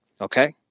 Okay